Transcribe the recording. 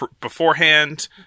beforehand